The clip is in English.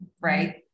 right